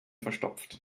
verstopft